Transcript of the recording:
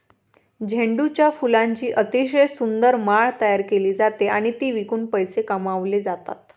झेंडूच्या फुलांची अतिशय सुंदर माळ तयार केली जाते आणि ती विकून पैसे कमावले जातात